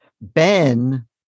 Ben